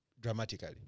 dramatically